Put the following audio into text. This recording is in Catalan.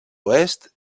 oest